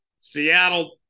Seattle